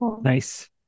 Nice